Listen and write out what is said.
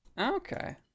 Okay